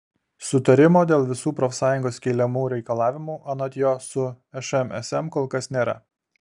sutarimo dėl visų profsąjungos keliamų reikalavimų anot jo su šmsm kol kas nėra